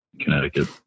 Connecticut